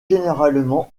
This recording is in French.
généralement